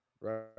right